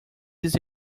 this